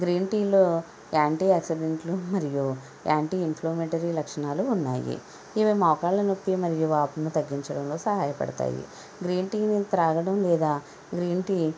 green టీలో anti యాక్సిడెంట్లు మరియు యాంటీ ఇన్ఫ్లోమేటరీ లక్షణాలు ఉన్నాయి ఇవి మోకాల నొప్పి మరియు వాపును తగ్గించడంలో సహాయపడతాయి గ్రీన్ టీను తాగడం లేదా గ్రీన్ టీ